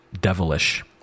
devilish